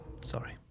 Sorry